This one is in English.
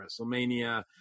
WrestleMania